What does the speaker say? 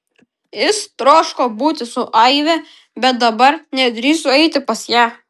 jis troško būti su aive bet dabar nedrįso eiti pas ją